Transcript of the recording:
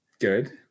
good